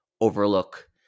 Overlook